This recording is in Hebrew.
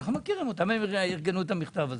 אנחנו מכירים אותם, הרי הם ארגנו את המכתב הזה,